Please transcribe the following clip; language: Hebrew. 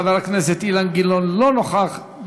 חבר הכנסת אילן גילאון לא נוכח,